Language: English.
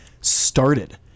started